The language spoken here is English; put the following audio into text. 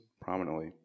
prominently